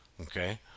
Okay